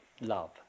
love